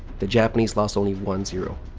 the japanese lost only one zero.